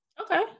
Okay